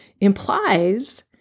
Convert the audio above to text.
implies